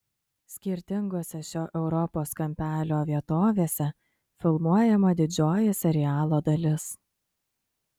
skirtingose šio europos kampelio vietovėse filmuojama didžioji serialo dalis